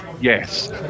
Yes